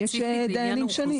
יש דיינים שונים.